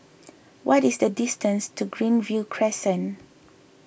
what is the distance to Greenview Crescent